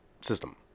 system